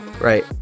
right